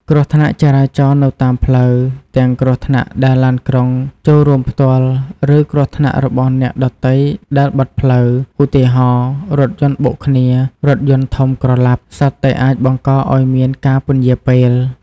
គ្រោះថ្នាក់ចរាចរណ៍នៅតាមផ្លូវ ទាំងគ្រោះថ្នាក់ដែលឡានក្រុងចូលរួមផ្ទាល់ ឬគ្រោះថ្នាក់របស់អ្នកដទៃដែលបិទផ្លូវ ឧទាហរណ៍ រថយន្តបុកគ្នា ឬរថយន្តធំក្រឡាប់ សុទ្ធតែអាចបង្កឱ្យមានការពន្យារពេល។